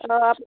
অঁ